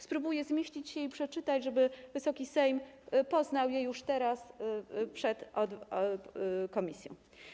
Spróbuję zmieścić się w czasie i przeczytać je, żeby Wysoki Sejm poznał je już teraz, przed komisją.